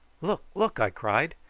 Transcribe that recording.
look, look! i cried,